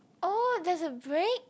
oh there's a break